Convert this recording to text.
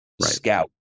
scout